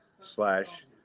slash